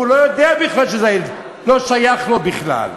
והוא לא יודע בכלל שהילד לא שייך לו בכלל?